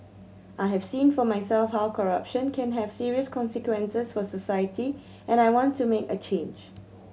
I have seen for myself how corruption can have serious consequences for society and I want to make a change